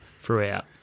throughout